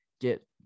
get